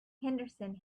henderson